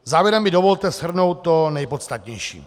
Závěrem mi dovolte shrnout to nejpodstatnější.